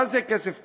מה זה כסף טוב?